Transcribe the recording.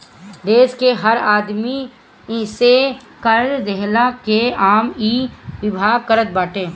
देस के हर आदमी से कर लेहला के काम इ विभाग करत बाटे